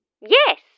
Yes